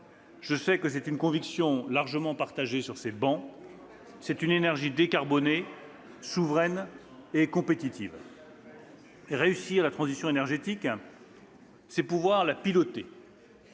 Je sais que c'est une conviction largement partagée sur ces bancs. C'est une énergie décarbonée, souveraine et compétitive. « Réussir la transition énergétique, c'est pouvoir la piloter.